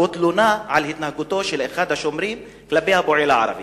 ובו תלונה על התנהגותו של אחד השומרים כלפי הפועל הערבי.